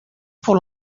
pour